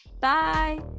bye